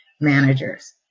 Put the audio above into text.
Managers